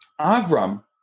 Avram